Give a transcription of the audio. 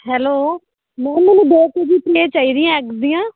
hello ma'am ਮੈਨੂੰ ਦੋ KG tray ਚਾਹੀਦੀਆਂ ਐੱਗ ਦੀਆਂ